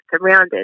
surrounded